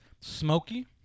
smoky